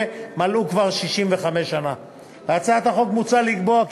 המחלה הצבורה שלו עד שישה ימים בשנה בשל מחלת הורה,